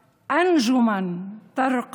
והחול בהם הפך להיות כוכבים בלב